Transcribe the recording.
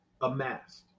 amassed